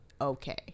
okay